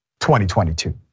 2022